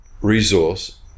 resource